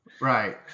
Right